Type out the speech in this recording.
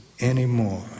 anymore